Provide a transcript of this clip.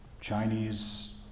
Chinese